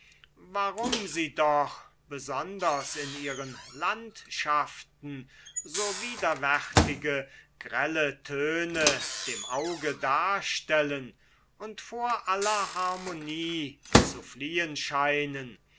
warum sie doch besonders in ihren landschaften so widerwärtige grelle töne dem auge darstellen und vor aller harmonie zu fliehen scheinen